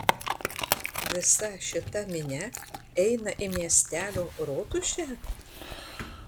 visa šita minia eina į miestelio rotušę